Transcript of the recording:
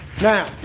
Now